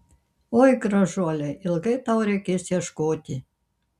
oi gražuole ilgai tau reikės ieškoti